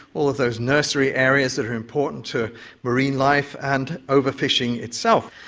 all of those nursery areas that are important to marine life. and overfishing itself.